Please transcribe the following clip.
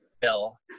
bill